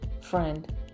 friend